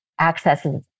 accesses